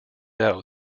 out